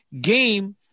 game